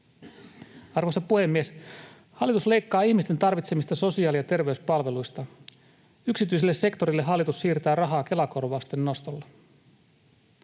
Arvoisa puhemies! Hallitus leikkaa ihmisten tarvitsemista sosiaali- ja terveyspalveluista. Yksityiselle sektorille hallitus siirtää rahaa Kela-korvausten nostolla.